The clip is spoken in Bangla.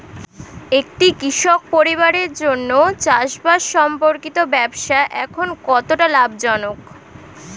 একটি কৃষক পরিবারের জন্য চাষবাষ সম্পর্কিত ব্যবসা এখন কতটা লাভজনক?